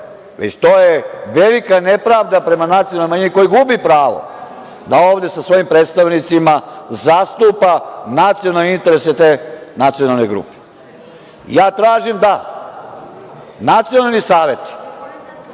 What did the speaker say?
već to je velika nepravda prema nacionalnim manjinama koje gube pravo da ovde sa svojim predstavnicima zastupa nacionalne interese te nacionalne grupe. Ja tražim da nacionalni saveti,